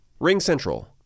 RingCentral